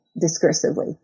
discursively